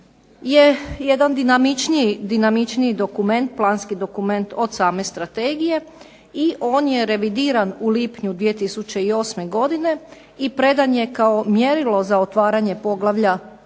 je jedan dinamičniji dokument, planski dokument od same Strategije i on je revidiran u lipnju 2008. godine i predan je kao mjerilo za otvaranje poglavlja